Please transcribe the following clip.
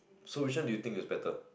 so which one do you think is better